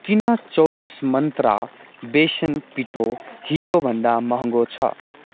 किन चौबिस मन्त्र बेसन पिठो हिजो भन्दा महँगो छ